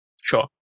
Sure